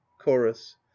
chorus